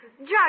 Judge